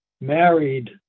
married